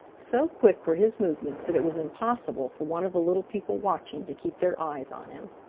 so quick were his movements that it was impossible for one of the little people watching to keep their eyes on him.